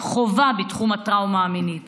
חובה בתחום הטראומה המינית